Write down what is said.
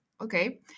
okay